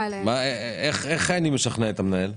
איך אני משכנע את המנהל?